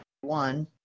One